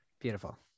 Beautiful